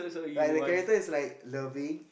like the character is like loving